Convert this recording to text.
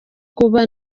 kuba